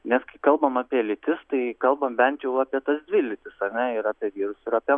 nes kalbame apie lytis tai kalbam bent jau apie tas dvi lytis ar ne ir apie vyrus ir apie